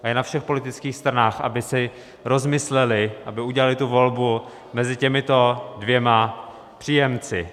A je na všech politických stranách, aby si rozmyslely, aby udělaly volbu mezi těmito dvěma příjemci.